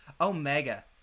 Omega